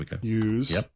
use